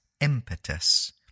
impetus